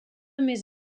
més